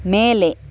ಮೇಲೆ